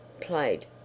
played